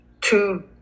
two